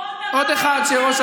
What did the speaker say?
כל דבר היינו צריכים לבקש